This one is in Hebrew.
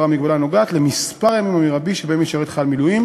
המגבלה הנוגעת למספר הימים המרבי שבהם ישרת חייל מילואים